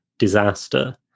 disaster